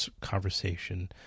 conversation